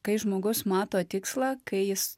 kai žmogus mato tikslą kai jis